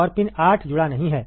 और पिन 8 जुड़ा नहीं है